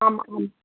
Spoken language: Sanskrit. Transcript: आम् आम्